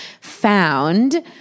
found